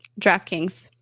DraftKings